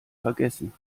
vergessen